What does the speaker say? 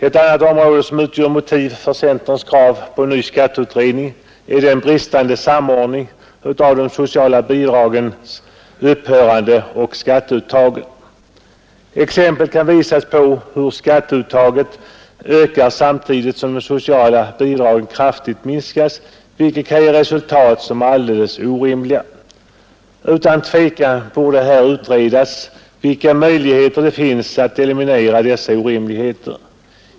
Ett annat område som utgör motiv för centerns krav på en ny skatteutredning är den bristande samordningen av de sociala bidragens upphörande och skatteuttaget. Exempel kan visas på hur skatteuttaget ökar samtidigt som sociala bidrag kraftigt minskas, vilket kan ge resultat som är alldeles orimliga. Utan tvekan borde här utredas vilka möjligheter det finns att eliminera dessa orimligheter.